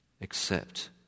accept